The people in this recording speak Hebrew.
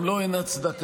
גם לו אין הצדקה.